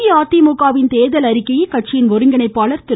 அஇஅதிமுகவின் தேர்தல் அறிக்கையை கட்சியின் ஒருங்கிணைப்பாளர் திரு